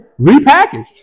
repackaged